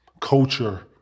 culture